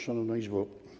Szanowna Izbo!